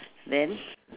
then